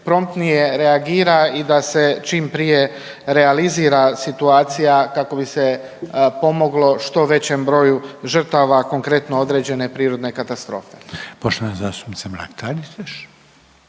promptnije reagira i da se čim prije realizira situacija kako bi se pomoglo što većem broju žrtava, konkretno, određene prirodne katastrofe. **Reiner, Željko